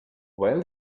well